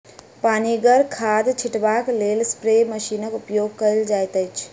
पनिगर खाद छीटबाक लेल स्प्रे मशीनक उपयोग कयल जाइत छै